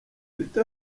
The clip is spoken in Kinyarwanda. peter